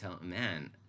Man